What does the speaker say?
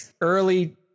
early